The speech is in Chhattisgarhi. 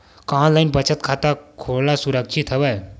का ऑनलाइन बचत खाता खोला सुरक्षित हवय?